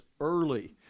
early